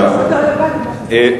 מאה אחוז.